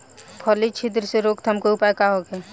फली छिद्र से रोकथाम के उपाय का होखे?